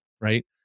Right